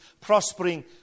prospering